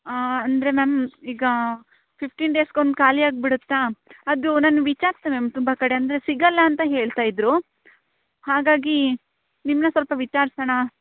ಅಂದರೆ ಮ್ಯಾಮ್ ಈಗ ಫಿಫ್ಟೀನ್ ಡೇಸ್ಗೆ ಒಂದು ಖಾಲಿ ಆಗಿಬಿಡುತ್ತಾ ಅದು ನಾನು ವಿಚಾರಿಸ್ದೆ ಮ್ಯಾಮ್ ತುಂಬ ಕಡೆ ಅಂದರೆ ಸಿಗೋಲ್ಲ ಅಂತ ಹೇಳ್ತಾ ಇದ್ದರು ಹಾಗಾಗಿ ನಿಮ್ಮನ್ನ ಸ್ವಲ್ಪ ವಿಚಾರ್ಸೋಣ